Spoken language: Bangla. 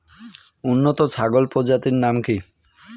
উন্নত ছাগল প্রজাতির নাম কি কি?